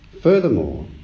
Furthermore